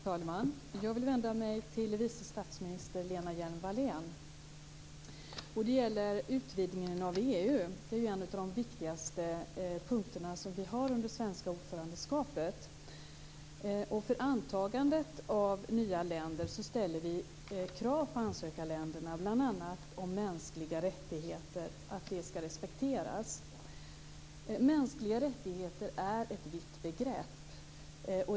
Fru talman! Jag vill vända mig till vice statsminister Lena Hjelm-Wallén. Det gäller utvidgningen av EU, en av de viktigaste punkter vi har under det svenska ordförandeskapet. För antagande av nya länder ställer vi krav på ansökarländerna. Det gäller bl.a. att mänskliga rättigheter ska respekteras. Mänskliga rättigheter är ett vitt begrepp.